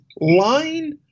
lying